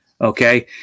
Okay